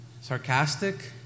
Sarcastic